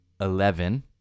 Eleven